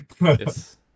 yes